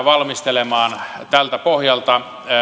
valmistelemaan tältä pohjalta